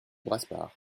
brasparts